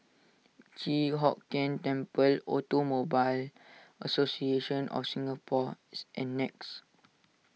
Chi Hock Keng Temple Automobile Association of Singapore's and Nex